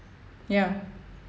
ya